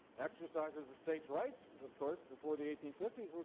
exercises of states' rights, of course, before the eighteen fifty s,